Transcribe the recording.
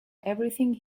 everything